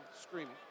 screaming